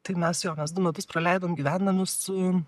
tai mes jo mes du metus praleidom gyvendami su